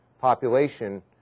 population